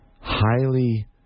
highly